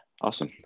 awesome